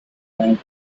times